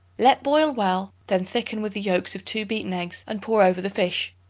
let boil well then thicken with the yolks of two beaten eggs and pour over the fish.